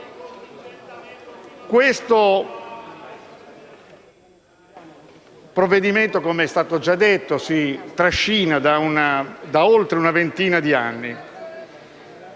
Questo provvedimento - com'è stato già detto - si trascina da oltre una ventina di anni.